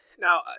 Now